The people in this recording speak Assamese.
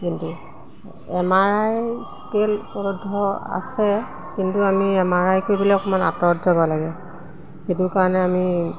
কিন্তু এম আৰ আই স্কেন ধৰ আছে কিন্তু আমি এম আৰ আই কৰিবলৈ অকণমান আঁতৰত যাব লাগে সেইটো কাৰণে আমি